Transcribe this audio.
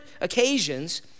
occasions